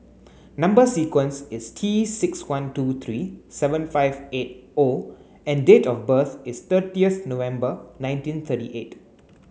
number sequence is T six one two three seven five eight O and date of birth is thirtieth November nineteen thirty eight